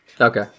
Okay